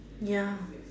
ya